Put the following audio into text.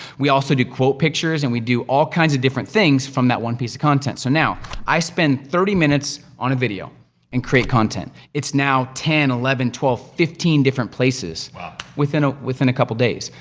we also do quote pictures, and we do all kinds of different things from that one piece of content. so, now i spend thirty minutes on a video and create content, it's now ten, eleven, twelve, fifteen different places within ah within a couple days.